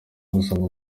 busaba